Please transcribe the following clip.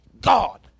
God